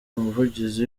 umuvugizi